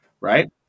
Right